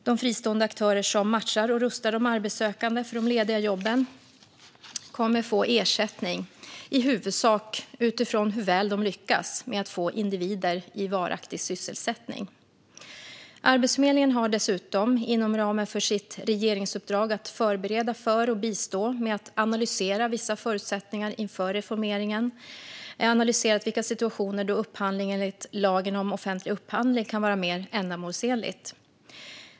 De fristående aktörer som matchar och rustar de arbetssökande för de lediga jobben kommer att få ersättning i huvudsak utifrån hur väl de lyckas med att få individer i varaktig sysselsättning. Inom ramen för sitt regeringsuppdrag att förbereda för och bistå med att analysera vissa förutsättningar inför reformeringen har Arbetsförmedlingen dessutom analyserat vilka situationer då upphandling enligt lagen om offentlig upphandling kan vara mer ändamålsenligt.